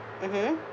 mmhmm